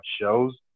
shows